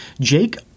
Jake